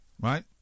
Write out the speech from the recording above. right